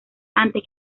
antes